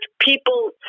people